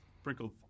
Sprinkled